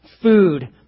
Food